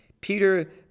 Peter